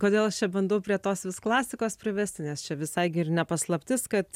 kodėl aš čia bandau prie tos vis klasikos privesti nes čia visai gi ir ne paslaptis kad